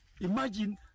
imagine